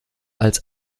als